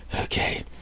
Okay